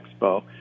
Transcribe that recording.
expo